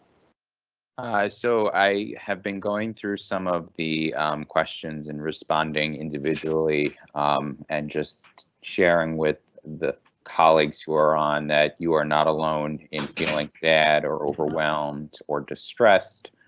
so i have been going through some of the questions and responding individually and just sharing with the colleagues who are on that you are not alone in feeling sad or overwhelmed or distressed.